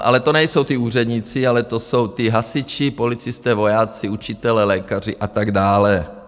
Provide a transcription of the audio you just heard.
Ale to nejsou úředníci, ale to jsou hasiči, policisté, vojáci, učitelé, lékaři a tak dále.